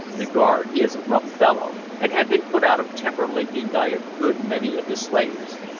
the guard is a rough fellow, and had been put out of temper lately by a good many of the slaves.